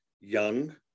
young